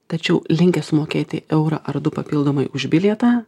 tačiau linkę sumokėti eurą ar du papildomai už bilietą